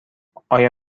آیا